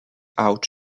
out